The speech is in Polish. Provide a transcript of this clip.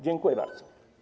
Dziękuję bardzo.